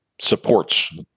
supports